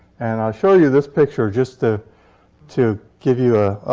and i show you this picture just ah to give you a oh,